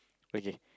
okay